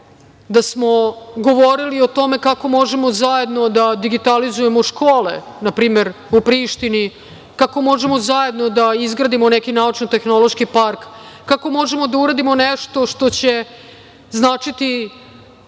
da smo govorili o tome kako možemo zajedno da digitalizujemo škole, na primer u Prištini, kako možemo zajedno da izgradimo neki naučno-tehnološki park, kako možemo da uradimo nešto što će značiti